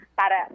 para